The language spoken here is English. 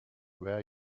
wear